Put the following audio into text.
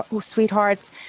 sweethearts